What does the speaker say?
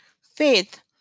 faith